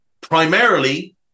Primarily